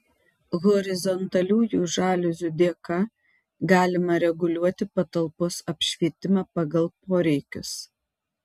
horizontaliųjų žaliuzių dėka galima reguliuoti patalpos apšvietimą pagal poreikius